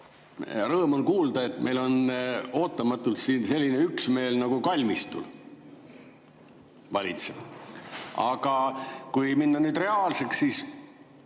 Rõõm on kuulda, et meil on ootamatult siin selline üksmeel, nagu kalmistul valitseb. Aga kui minna reaalseks, siis